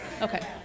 Okay